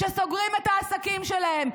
שסוגרים את העסקים שלהם.